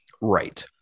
right